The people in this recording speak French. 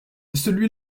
celui